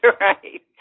right